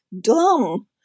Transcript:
dumb